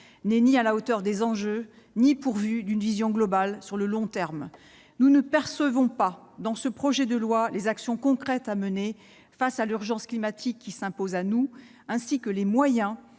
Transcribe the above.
n'est ni à la hauteur des enjeux ni pourvu d'une vision globale à long terme. Nous n'y percevons pas les actions concrètes à mener face à l'urgence climatique qui s'impose à nous ni les moyens